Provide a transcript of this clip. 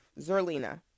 Zerlina